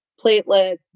platelets